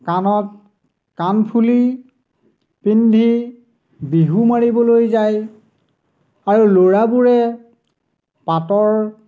কাণত কাণফুলি পিন্ধি বিহু মাৰিবলৈ যায় আৰু ল'ৰাবোৰে পাটৰ